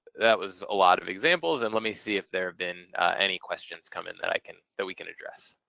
that was a lot of examples and let me see if there have been any questions come in that i can. that we can address.